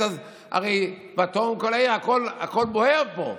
אז הרי פתאום הכול בוער פה.